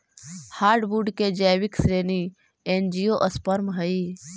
hardwood के जैविक श्रेणी एंजियोस्पर्म हइ